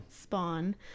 spawn